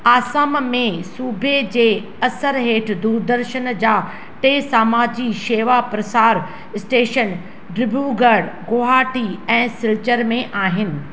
आसाम में सूबे जे असर हेठि दूरदर्शन जा टे समाजी शेवा प्रसारु स्टेशन डिब्रूगढ़ गुवाहाटी ऐं सिलचर में आहिनि